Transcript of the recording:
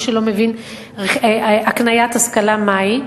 מי שלא מבין הקניית השכלה מהי,